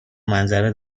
منظره